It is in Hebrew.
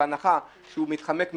בהנחה שהוא מתחמק מתשלום,